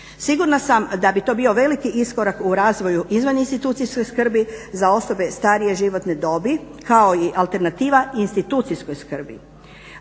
Sigurna sam da bi to bio veliki iskorak u razvoju izvaninstitucijske skrbi za osobe starije životne dobi kao i alternativa institucijskoj skrbi.